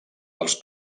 els